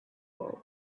bulb